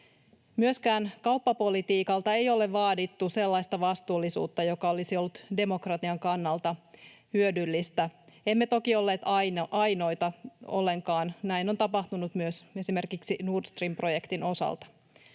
Myöskään kauppapolitiikalta ei ole vaadittu sellaista vastuullisuutta, joka olisi ollut demokratian kannalta hyödyllistä. Emme toki olleet ainoita ollenkaan, näin on tapahtunut myös esimerkiksi Nord Stream -projektin osalta.